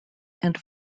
and